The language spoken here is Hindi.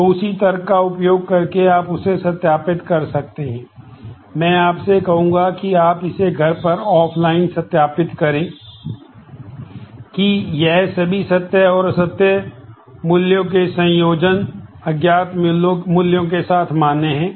तो उसी तर्क का उपयोग करके आप उसे सत्यापित कर सकते हैं मैं आपसे कहूंगा कि आप इसे घर पर ऑफ़लाइन सत्यापित करें कि यह सभी सत्य और असत्य मूल्यों के संयोजन अज्ञात मूल्यों के साथ मान्य हैं